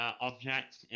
objects